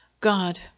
God